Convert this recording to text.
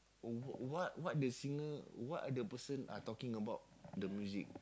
what what what the singer what are the person are talking about the music